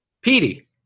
Petey